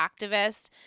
activist